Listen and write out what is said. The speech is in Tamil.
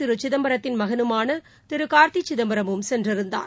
திருசிதம்பரத்தின் மகனுமானதிருகார்த்திசிதம்பரமும் சென்றிருந்தார்